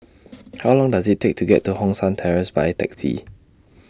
How Long Does IT Take to get to Hong San Terrace By Taxi